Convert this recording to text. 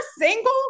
single